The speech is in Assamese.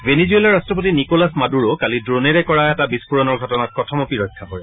ভেনিজুৱেলাৰ ৰাট্টপতি নিকোলাছ মাডুৰো কালি ড্ৰোনেৰে কৰা এটা বিস্ফোৰণৰ ঘটনাত কথমপি ৰক্ষা পৰে